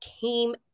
came